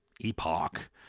epoch